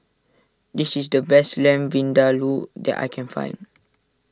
this is the best Lamb Vindaloo that I can find